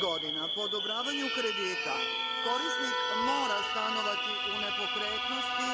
godina po odobravanju kredita korisnik mora stanovati u nepokretnosti